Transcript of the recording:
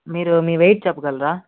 మీరు మీ వెయిట్ చెప్పగలరా